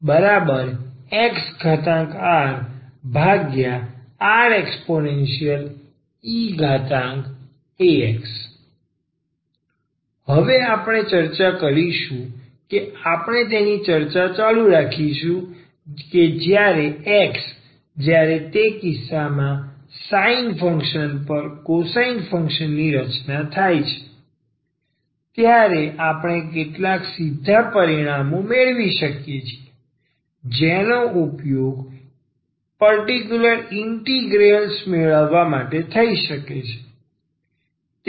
હવે આપણે આજે ચર્ચા કરીશું કે આપણે તેની ચર્ચા ચાલુ રાખીશું કે જ્યારે x જ્યારે તે કિસ્સામાં sin ફંક્શન પર cosine ફંક્શન ની રચના થાય છે ત્યારે આપણે કેટલાક સીધા પરિણામો મેળવી શકીએ છીએ જેનો ઉપયોગ પર્ટીકયુલર ઇન્ટિગ્રેલ્સ મેળવવા માટે થઈ શકે છે